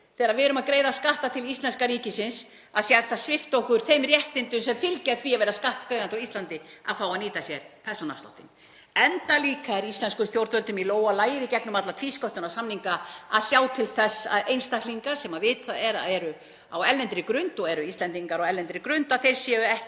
þegar við erum að greiða skatta til íslenska ríkisins að það sé hægt að svipta okkur þeim réttindum sem fylgja því að vera skattgreiðandi á Íslandi, að fá að nýta sér persónuafsláttinn. Enda er líka íslenskum stjórnvöldum í lófa lagið í gegnum alla tvísköttunarsamninga að sjá til þess að einstaklingar sem vitað er að eru á erlendri grund og eru Íslendingar á erlendri grund geti ekki